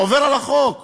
הוא עובר על החוק.